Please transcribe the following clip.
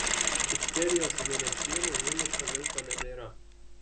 ičkerijos mėnesienų vienišo vilko nebėra